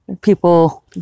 people